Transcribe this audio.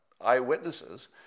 eyewitnesses